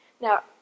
Now